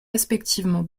respectivement